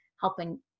helping